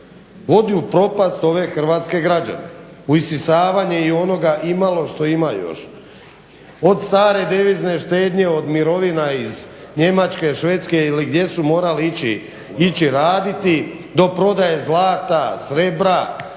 Vodi u propast ove Hrvatske građane, u isisavanje i onoga imalo što imaju još. Od stare devizne štednje, od mirovina iz Njemačke, Švedske ili gdje su morali ići raditi, do prodaje zlata, srebra,